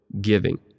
giving